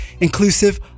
inclusive